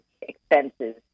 expenses